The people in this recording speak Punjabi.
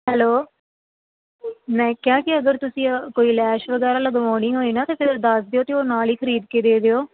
ਹੈਲੋ ਮੈਂ ਕਿਹਾ ਕਿ ਅਗਰ ਤੁਸੀਂ ਕੋਈ ਲੈਸ਼ ਵਗੈਰਾ ਲਗਵਾਉਣੀ ਹੋਵੇ ਨਾ ਤਾਂ ਫਿਰ ਦੱਸ ਦਿਓ ਅਤੇ ਉਹ ਨਾਲ ਹੀ ਖਰੀਦ ਕੇ ਦੇ ਦਿਓ